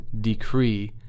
decree